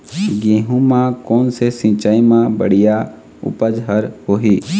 गेहूं म कोन से सिचाई म बड़िया उपज हर होही?